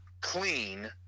clean